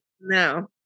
no